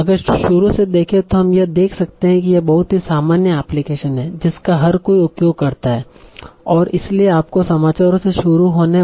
अगर शुरू से देखे तों हम यह देख सकते की यह बहुत ही सामान्य एप्लीकेशन है जिसका हर कोई उपयोग करता है और इसलिए आपको समाचारों से शुरू होने वाले कई अन्य एप्लीकेशन दिखाई देंगे वह सब जो आप अपने एक नए दैनिक जीवन में उपयोग कर रहे हैं